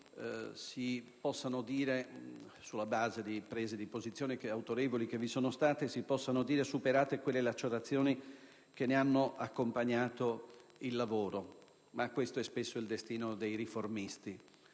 si possano dire superate, sulla base di prese di posizione autorevoli che vi sono state, quelle lacerazioni che ne hanno accompagnato il lavoro. Ma questo è spesso il destino dei riformisti: